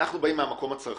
אנחנו באים מהמקום הצרכני.